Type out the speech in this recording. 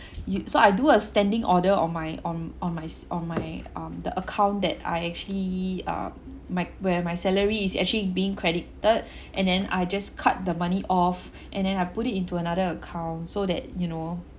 you so I do a standing order on my on on my s~ on my um the account that I actually um my where my salary is actually being credited and then I just cut the money off and then I put it into another account so that you know